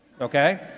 okay